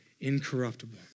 incorruptible